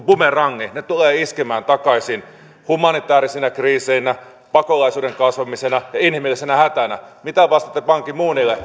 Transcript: bumerangit tulevat iskemään takaisin humanitäärisinä kriiseinä pakolaisuuden kasvamisena ja inhimillisenä hätänä mitä vastaatte ban ki moonille